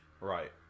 Right